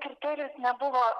kriterijus nebuvo